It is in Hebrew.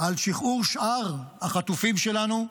על שחרור שאר החטופים שלנו,